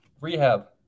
rehab